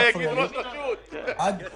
מה יגיד ראש רשות מקומית?